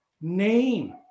Name